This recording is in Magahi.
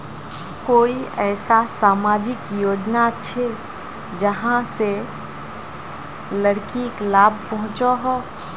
कोई ऐसा सामाजिक योजना छे जाहां से लड़किक लाभ पहुँचो हो?